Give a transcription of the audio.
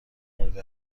مورد